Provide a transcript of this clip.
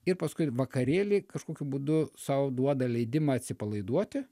ir paskui vakarėly kažkokiu būdu sau duoda leidimą atsipalaiduoti